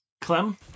Clem